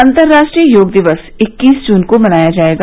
अंतर्राष्ट्रीय योग दिवस इक्कीस जून को मनाया जाएगा